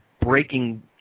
breaking